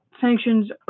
sanctions